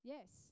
Yes